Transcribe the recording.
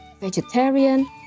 Vegetarian